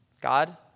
God